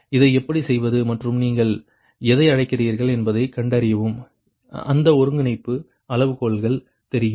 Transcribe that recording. இதை எப்படிச் செய்வது மற்றும் நீங்கள் எதை அழைக்கிறீர்கள் என்பதைக் கண்டறியவும் அந்த ஒருங்கிணைப்பு அளவுகோல்கள் தெரியும்